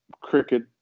cricket